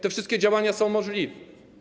Te wszystkie działania są możliwe.